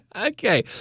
okay